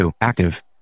active